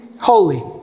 holy